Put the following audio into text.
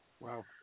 Wow